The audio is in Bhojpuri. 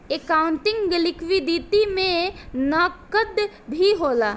एकाउंटिंग लिक्विडिटी में नकद भी होला